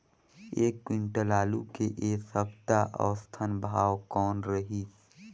एक क्विंटल आलू के ऐ सप्ता औसतन भाव कौन रहिस?